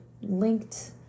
linked